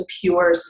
pure